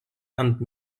ant